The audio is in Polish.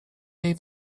jej